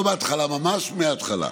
לא מההתחלה ממש, מההתחלה.